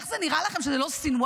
איך זה נראה לכם שזה לא סנוואר,